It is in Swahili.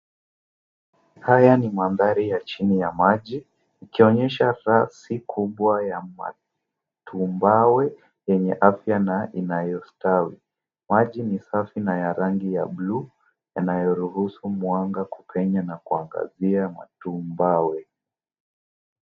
Haya ni mandhari ya chini ya maji ikionyesha rasi kubwa ya matumbawe yenye afya na inayostawi. Maji ni safi na ya rangi ya buluu yanayoruhusu mwanga kupenya na kuangazia matumbawe.